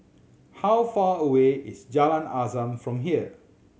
how far away is Jalan Azam from here